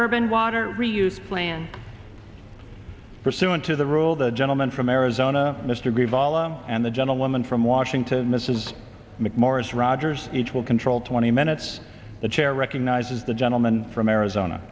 urban water reuse plan pursuant to the rule the gentleman from arizona mr green vala and the gentlewoman from washington mrs mcmorris rodgers each will control twenty minutes the chair recognizes the gentleman from arizona